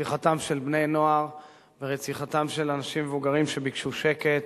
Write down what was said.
רציחתם של בני-נוער ואנשים מבוגרים שביקשו שקט.